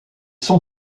son